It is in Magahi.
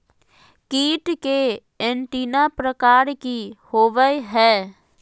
कीट के एंटीना प्रकार कि होवय हैय?